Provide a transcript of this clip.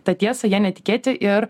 tą tiesą ja netikėti ir